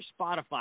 Spotify